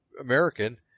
American